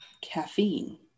caffeine